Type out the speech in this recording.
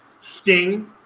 Sting